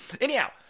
Anyhow